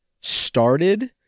Started